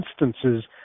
instances